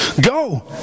go